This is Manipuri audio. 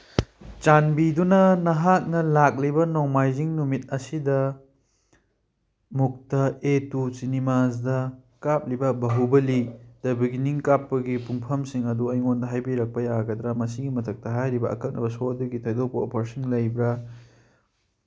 ꯆꯥꯟꯕꯤꯗꯨꯅ ꯅꯍꯥꯛꯅ ꯂꯥꯛꯂꯤꯕ ꯅꯣꯡꯃꯥꯏꯖꯤꯡ ꯅꯨꯃꯤꯠ ꯑꯁꯤꯗ ꯃꯨꯛꯇ ꯑꯦ ꯇꯨ ꯁꯤꯅꯤꯃꯥꯁꯗ ꯀꯥꯞꯂꯤꯕ ꯕꯍꯨꯕꯂꯤ ꯗ ꯕꯤꯒꯤꯅꯤꯡ ꯀꯥꯞꯄꯒꯤ ꯄꯨꯡꯐꯝꯁꯤꯡ ꯑꯗꯨ ꯑꯩꯉꯣꯟꯗ ꯍꯥꯏꯕꯤꯔꯛꯄ ꯌꯥꯒꯗ꯭ꯔꯥ ꯃꯁꯤꯒꯤ ꯃꯊꯛꯇ ꯍꯥꯏꯔꯤꯕ ꯑꯀꯛꯅꯕ ꯁꯣ ꯑꯗꯨꯒꯤ ꯊꯣꯏꯗꯣꯛꯄ ꯑꯣꯐꯔꯁꯤꯡ ꯂꯩꯕ꯭ꯔꯥ